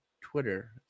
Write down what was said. twitter